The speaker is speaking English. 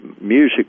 music